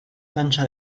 cancha